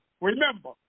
Remember